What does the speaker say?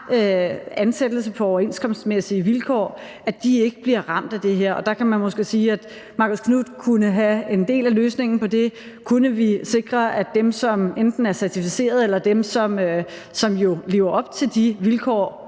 ansættelse på overenskomstmæssige vilkår, ikke bliver ramt af det her. Og der kan man måske sige, at Marcus Knuth kunne have en del af løsningen på det: Kunne vi sikre, at dem, som enten er certificeret, eller som vi ved lever op til de vilkår,